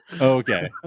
Okay